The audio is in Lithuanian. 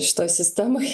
šitoj sistemoj